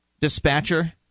dispatcher